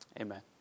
Amen